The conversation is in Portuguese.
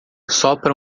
sopra